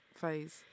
phase